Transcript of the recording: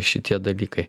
šitie dalykai